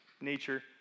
nature